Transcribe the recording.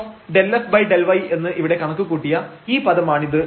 ddx∂f∂y എന്ന് ഇവിടെ കണക്കുകൂട്ടിയ ഈ പദമാണിത്